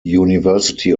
university